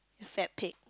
fat pig